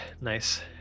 nice